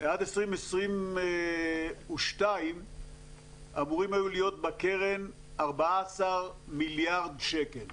עד 2022 היו אמורים להיות בקרן 14 מיליארד שקל.